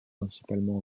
principalement